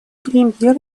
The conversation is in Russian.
премьер